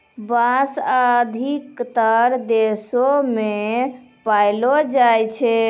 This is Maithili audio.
बांस अधिकतर देशो म पयलो जाय छै